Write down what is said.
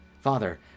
Father